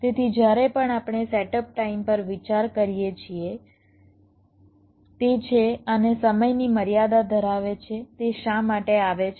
તેથી જ્યારે પણ આપણે સેટઅપ ટાઇમ પર વિચાર કરીએ છીએ તે છે અને સમયની મર્યાદા ધરાવે છે તે શા માટે આવે છે